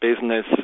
business